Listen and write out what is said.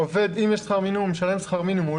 אם יש שכר מינימום הוא משלם שכר מינימום.